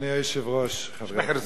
אדוני היושב-ראש, חברי הכנסת,